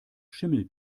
schimmel